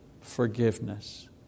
forgiveness